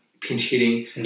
pinch-hitting